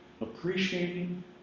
appreciating